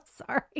Sorry